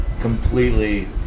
completely